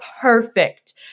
perfect